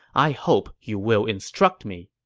i hope you will instruct me.